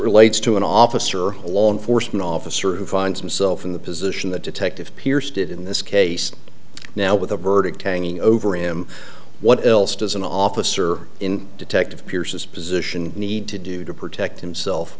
relates to an officer or a law enforcement officer who finds himself in the position that detective pierce did in this case now with the verdict hanging over him what else does an officer in detective pierce's position need to do to protect himself